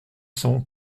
cent